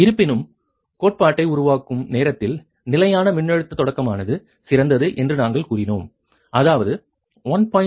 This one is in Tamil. இருப்பினும் கோட்பாட்டை உருவாக்கும் நேரத்தில் நிலையான மின்னழுத்த தொடக்கமானது சிறந்தது என்று நாங்கள் கூறினோம் அதாவது 1